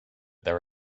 there